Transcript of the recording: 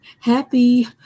happy